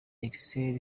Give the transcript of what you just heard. excel